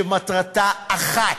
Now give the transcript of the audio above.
שמטרתה אחת: